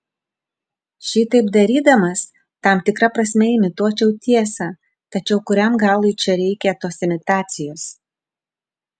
šitaip darydamas tam tikra prasme imituočiau tiesą tačiau kuriam galui čia reikia tos imitacijos